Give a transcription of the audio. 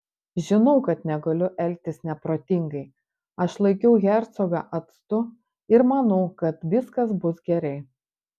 žinau kad negaliu elgtis neprotingai aš laikiau hercogą atstu ir manau kad viskas bus gerai